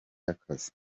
y’akazi